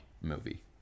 movie